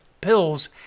pills